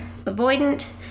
avoidant